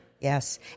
Yes